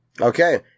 Okay